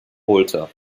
holte